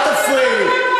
אל תפריעי.